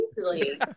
easily